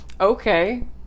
Okay